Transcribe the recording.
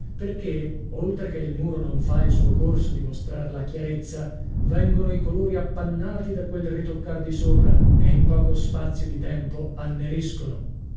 perchè oltre che il muro non fa il suo corso di mostrar la chiarezza vengono i colori appannati da quel ritoccar di sopra e in poco spazio di tempo anneriscono ora